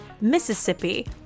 Mississippi